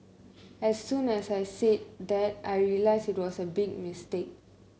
as soon as I said that I realised it was a big mistake